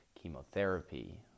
chemotherapy